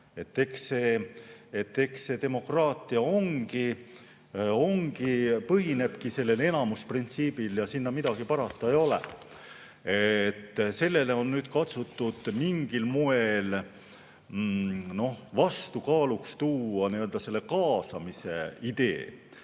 Eks demokraatia põhinebki enamusprintsiibil ja sinna midagi parata ei ole. Sellele on katsutud mingil moel vastukaaluks tuua kaasamise idee,